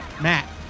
Matt